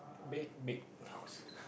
big big house